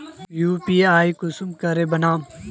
UPI कुंसम करे बनाम?